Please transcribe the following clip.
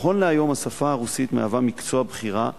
נכון להיום השפה הרוסית היא מקצוע בחירה,